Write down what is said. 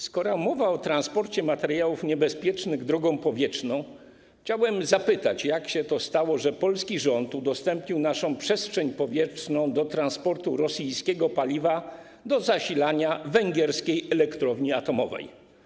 Skoro mowa o transporcie materiałów niebezpiecznych drogą powietrzną, to chciałbym zapytać, jak to się stało, że polski rząd udostępnił naszą przestrzeń powietrzną do transportu rosyjskiego paliwa zasilającego węgierską elektrownię atomową.